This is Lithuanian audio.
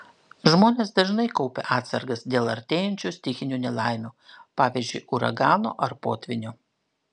žmonės dažnai kaupia atsargas dėl artėjančių stichinių nelaimių pavyzdžiui uragano ar potvynio